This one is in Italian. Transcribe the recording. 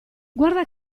guarda